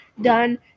done